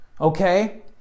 okay